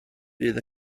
bydd